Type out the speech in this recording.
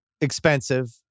Expensive